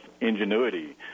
ingenuity